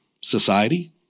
Society